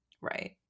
right